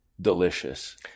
delicious